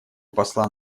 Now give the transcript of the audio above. посла